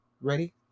Ready